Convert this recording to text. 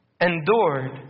endured